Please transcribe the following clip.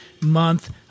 month